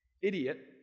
Idiot